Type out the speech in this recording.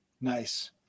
Nice